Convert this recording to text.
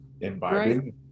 inviting